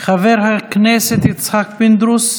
חבר הכנסת יצחק פינדרוס,